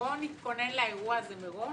בואו נתכונן לאירוע הזה מראש,